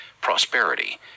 prosperity